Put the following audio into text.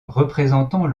représentant